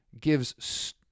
gives